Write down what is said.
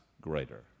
greater